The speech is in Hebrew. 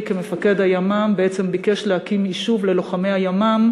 כמפקד הימ"מ בעצם ביקש להקים יישוב ללוחמי הימ"מ,